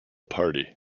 party